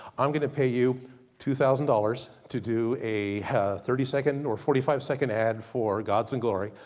i'm gonna pay you two thousand dollars to do a thirty second, or forty five second ad for god's and glory.